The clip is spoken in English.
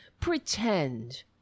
pretend